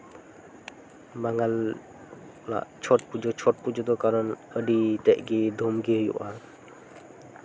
ᱵᱟᱝᱜᱟᱞ ᱦᱚᱲᱟᱜ ᱪᱷᱚᱴ ᱯᱩᱡᱟᱹ ᱪᱷᱚᱴ ᱯᱩᱡᱟᱹ ᱫᱚ ᱠᱟᱨᱚᱱ ᱟᱹᱰᱤ ᱛᱮᱜ ᱜᱮ ᱫᱷᱩᱢ ᱜᱮ ᱦᱩᱭᱩᱜᱼᱟ